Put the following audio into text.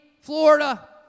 Florida